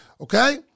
okay